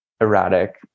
erratic